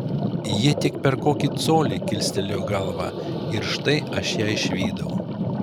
ji tik per kokį colį kilstelėjo galvą ir štai aš ją išvydau